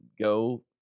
go